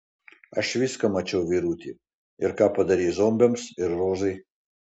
aš viską mačiau vyruti ir ką padarei zombiams ir rozai